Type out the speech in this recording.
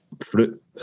fruit